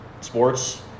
Sports